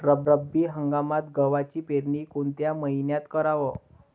रब्बी हंगामात गव्हाची पेरनी कोनत्या मईन्यात कराव?